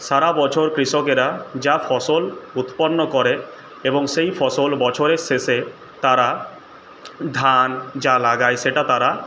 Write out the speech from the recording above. সারা বছর কৃষকেরা যা ফসল উৎপন্ন করে এবং সেই ফসল বছরের শেষে তারা ধান যা লাগায় সেটা তারা